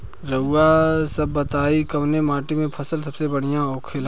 रउआ सभ बताई कवने माटी में फसले सबसे बढ़ियां होखेला?